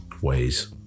ways